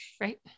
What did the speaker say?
right